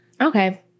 okay